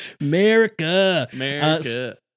America